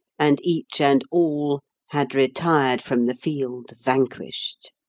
and each and all had retired from the field vanquished.